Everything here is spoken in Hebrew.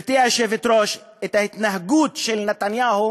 גברתי היושבת-ראש, ההתנהגות של נתניהו